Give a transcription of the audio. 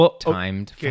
timed